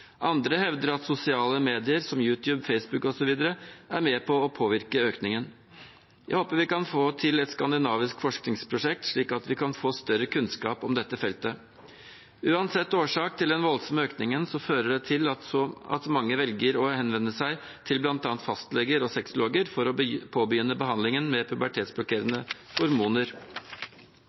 Andre hevder at sosiale medier, som YouTube, Facebook osv., er med på å påvirke økningen. Jeg håper vi kan få til et skandinavisk forskningsprosjekt, slik at vi kan få større kunnskap om dette feltet. Uansett årsak til den voldsomme økningen fører det til at mange velger å henvende seg til bl.a. fastleger og sexologer for å påbegynne behandlingen med pubertetsblokkerende hormoner.